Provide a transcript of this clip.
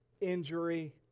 injury